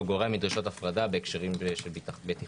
גורע מדרישות הפרדה בהקשרים של בטיחות.